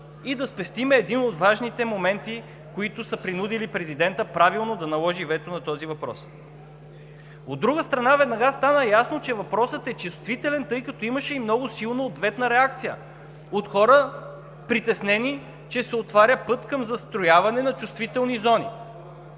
и да спестим един от важните моменти, които са принудили президентът правилно да наложи вето на този въпрос. От друга страна, веднага стана ясно, че въпросът е чувствителен, тъй като имаше и много силна ответна реакция от притеснени хора, че се отваря път към застрояване на чувствителни зони.